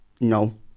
No